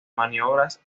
maniobras